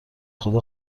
خدا